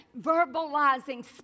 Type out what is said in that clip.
verbalizing